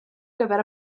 gyfer